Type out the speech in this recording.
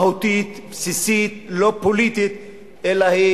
מהותית, בסיסית, לא פוליטית, אלא היא